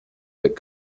that